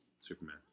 Superman